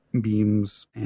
beams